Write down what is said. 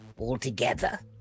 altogether